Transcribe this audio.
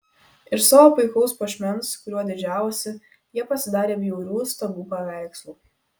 iš savo puikaus puošmens kuriuo didžiavosi jie pasidarė bjaurių stabų paveikslų